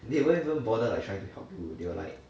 they won't even bother like trying to help you they will like